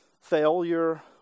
Failure